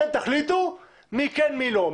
אתם תחליטו מי כן ומי לא.